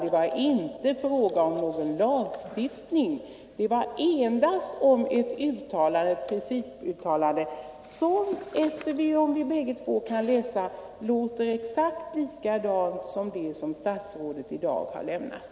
Det var inte fråga om någon lagstiftning. Det var endast ett principuttalande som låter exakt likadant — vilket vi båda kan läsa - som det som statsrådet i dag har gjort.